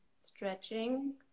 stretching